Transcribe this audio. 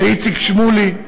לאיציק שמולי,